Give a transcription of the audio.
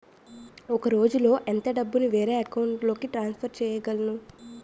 ఒక రోజులో ఎంత డబ్బుని వేరే అకౌంట్ లోకి ట్రాన్సఫర్ చేయగలను?